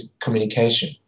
communication